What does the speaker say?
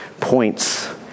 points